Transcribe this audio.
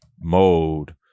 mode